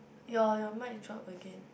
your your mic drop again